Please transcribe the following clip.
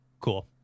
Cool